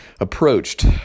approached